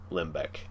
Limbeck